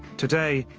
today,